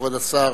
כבוד השר,